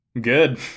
Good